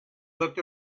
looked